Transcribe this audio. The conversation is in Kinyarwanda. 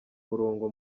murongo